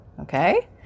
okay